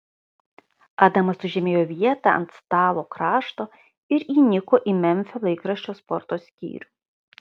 adamas užėmė jo vietą ant stalo krašto ir įniko į memfio laikraščio sporto skyrių